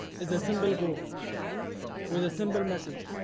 is a simple group with a simple message.